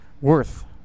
worth